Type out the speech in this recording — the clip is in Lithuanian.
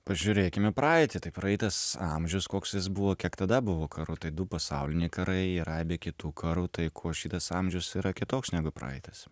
pažiūrėkim į praeitį tai praeitas amžius koks jis buvo kiek tada buvo karų tai du pasauliniai karai ir aibė kitų karų tai kuo šitas amžius yra kitoks negu praeitas